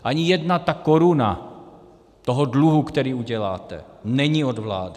Ani jedna ta koruna toho dluhu, který uděláte, není od vlády.